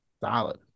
Solid